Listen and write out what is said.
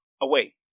away